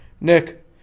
Nick